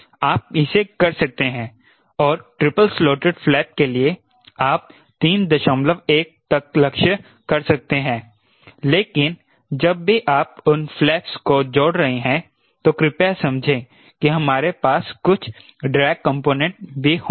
आप इसे कर सकते हैं और ट्रिपल स्लॉटिड फ्लैप के लिए आप 31 तक लक्ष्य कर सकते हैं लेकिन जब भी आप उन फ्लैप्स को जोड़ रहे हैं तो कृपया समझें कि हमारे पास कुछ ड्रैग कंपोनेंट भी होंगे